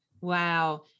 Wow